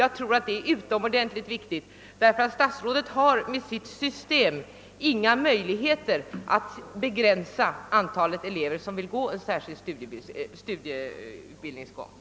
Jag tror att det är utomordentligt viktigt att så sker, därför att statsrådet har med sitt »system» inga möjligheter att begränsa antalet elever som vill studera vid särskild utbildningslinje,